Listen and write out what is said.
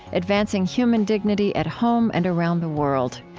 advancing human dignity at home and around the world.